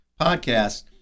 podcast